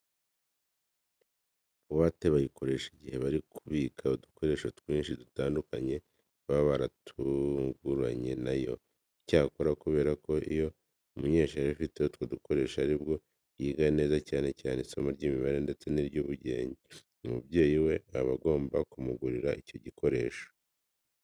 Buwate bayikoresha igihe bari kubika udukoresho twinshi dutandukanye baba baratuguranye na yo. Icyakora kubera ko iyo umunyeshuri afite utwo dukoresho ari bwo yiga neza cyane cyane isomo ry'imibare ndetse n'iry'ubugenge, umubyeyi we aba agomba kumugurira icyo gikoresho.